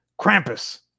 Krampus